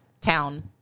town